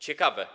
Ciekawe.